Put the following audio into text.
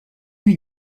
lui